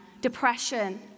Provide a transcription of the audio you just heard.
Depression